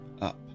up